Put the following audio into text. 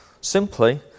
simply